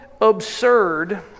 absurd